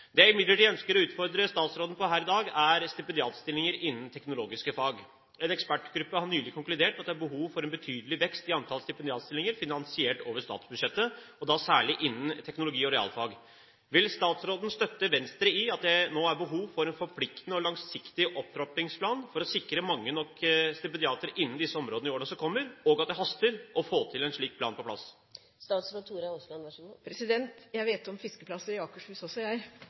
Det jeg imidlertid ønsker å utfordre statsråden på her i dag, er stipendiatstillinger innen teknologiske fag. En ekspertgruppe har nylig konkludert med at det er behov for en betydelig vekst i antall stipendiatstillinger finansiert over statsbudsjettet, og da særlig innen teknologi- og realfag. Vil statsråden støtte Venstre i at det nå er behov for en forpliktende og langsiktig opptrappingsplan for å sikre mange nok stipendiater innen disse områdene i årene som kommer? Og er hun enig i at det haster å få en slik plan på plass? Jeg vet om fiskeplasser i Akershus også, så